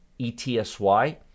ETSY